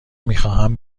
میخواهم